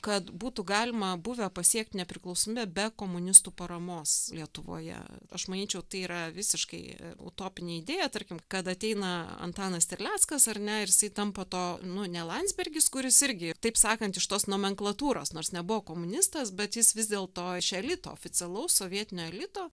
kad būtų galima buvę pasiekt nepriklausomybę be komunistų paramos lietuvoje aš manyčiau tai yra visiškai utopinė idėja tarkim kad ateina antanas terleckas ar ne ir jisai tampa to nu ne landsbergis kuris irgi taip sakant iš tos nomenklatūros nors nebuvo komunistas bet jis vis dėlto iš elito oficialaus sovietinio elito